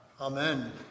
Amen